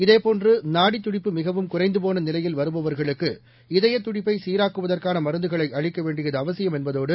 இதேபோன்று நாடித் துடிப்பு மிகவும் குறைந்துபோன நிலையில் வருபவர்களுக்கு இதயத் துடிப்பை சீராக்குவதற்கான மருந்துகளை அளிக்க வேண்டியது அவசியம் என்பதோடு